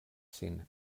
sin